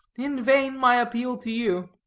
in vain my appeal to you.